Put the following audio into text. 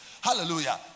hallelujah